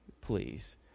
please